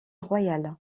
royale